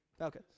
okay